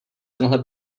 tenhle